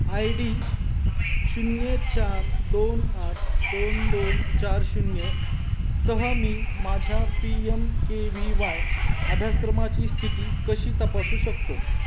I D शून्य चार दोन आठ दोन दोन चार शून्यसह मी माझ्या P M K V Y अभ्यासक्रमाची स्थिती कशी तपासू शकतो